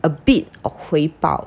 a bit of 回报